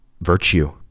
virtue